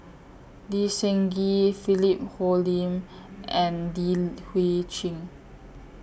Lee Seng Gee Philip Hoalim and Li Hui Cheng